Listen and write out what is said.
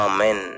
Amen